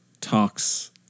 talks